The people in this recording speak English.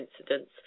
incidents